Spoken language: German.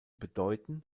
bedeuten